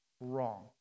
Wrong